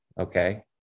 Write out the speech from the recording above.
Okay